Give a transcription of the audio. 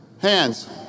Hands